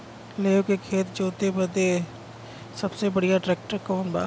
लेव के खेत जोते बदे सबसे बढ़ियां ट्रैक्टर कवन बा?